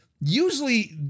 usually